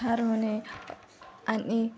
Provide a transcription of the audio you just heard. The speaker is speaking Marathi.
ठार होणे आणि